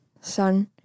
son